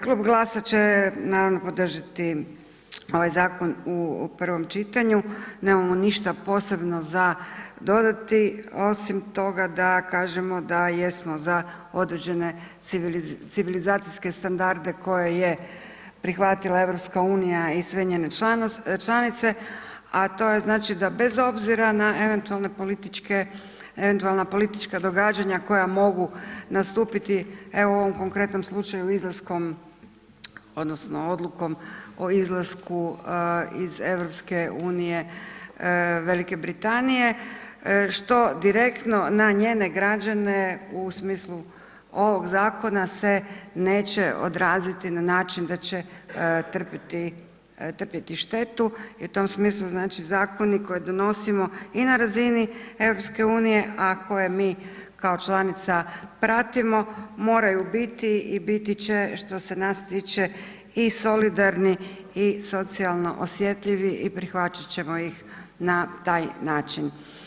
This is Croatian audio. Klub GLAS-a će naravno podržati ovaj zakon u prvom čitanju, nemamo ništa posebno za dodati osim toga da kažemo da jesmo za određene civilizacijske standarde koje je prihvatila EU i sve njene članice a to je znači da bez obzira na eventualna politička događanja koju mogu nastupiti evo u ovom konkretnom slučaju izlaskom odnosno odlukom o izlasku iz EU-a Velike Britanije, što direktno na njene građane u smislu ovog zakona se neće odraziti na način da će trpjeti štetu i u tom smislu znači zakoni koje donosimo i na razini EU-a a koje mi kao članica pratimo, moraju biti i biti će što se nas tiče i solidarni i socijalno osjetljivi i prihvaćat ćemo ih na taj način.